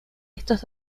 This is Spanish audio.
estos